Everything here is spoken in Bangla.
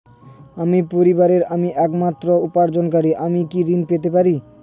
আমার পরিবারের আমি একমাত্র উপার্জনকারী আমি কি ঋণ পেতে পারি?